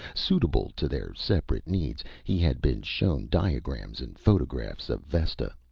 suitable to their separate needs, he had been shown diagrams and photographs of vesta.